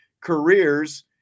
careers